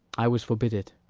i was forbid it.